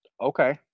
Okay